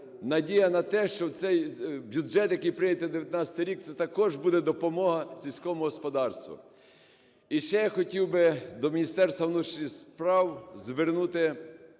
надія на те, що цей бюджет, який прийнятий на 2019 рік, це також буде допомога сільському господарству. І ще я хотів до Міністерства внутрішніх справ звернути увагу,